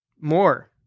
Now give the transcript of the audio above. More